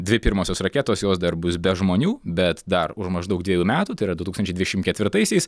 dvi pirmosios raketos jos dar bus be žmonių bet dar už maždaug dviejų metų tai yra du tūkstančiai dvidešim ketvirtaisiais